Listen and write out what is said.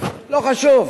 לא חשוב.